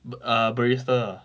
ba~ err barista ah